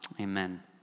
Amen